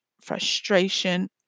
frustration